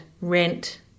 rent